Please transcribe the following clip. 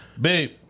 Babe